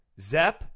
ZEP